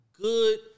good